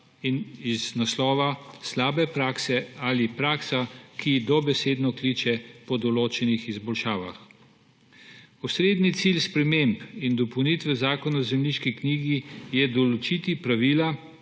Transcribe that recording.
iz naslova slabe prakse ali praksa, ki dobesedno kliče po določenih izboljšavah. Osrednji cilj sprememb in polnitev Zakon o zemljiški knjigi je določiti pravila